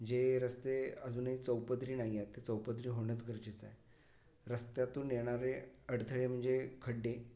जे रस्ते अजूनही चौपदरी नाही आहेत ते चौपदरी होणंच गरजेचं आहे रस्त्यातून येणारे अडथळे म्हणजे खड्डे